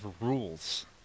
rules